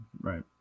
Right